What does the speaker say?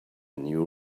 new